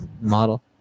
model